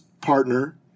partner